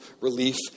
Relief